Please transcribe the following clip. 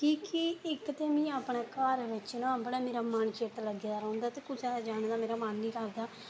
की के इक्क ते मिगी अपने घर बिच ना बड़ा मेरा चित्त मन लग्गे दा रौहंदा ते कुसै दे घर जाने गी मेरा मन निं करदा